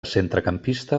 centrecampista